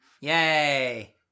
Yay